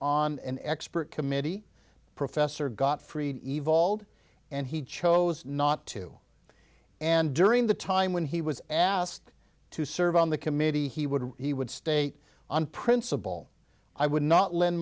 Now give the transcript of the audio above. on an expert committee professor got free evolved and he chose not to and during the time when he was asked to serve on the committee he would he would stay on principle i would not le